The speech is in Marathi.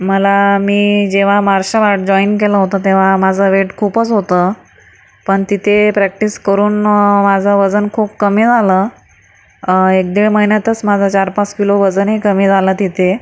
मला मी जेव्हा मार्शल आर्ट जॉईन केलं होतं तेव्हा माझं वेट खूपच होतं पण तिथे प्रॅक्टिस करून माझं वजन खूप कमी झालं एक दीड महिन्यातच माझं चार पाच किलो वजनही कमी झाला तिथे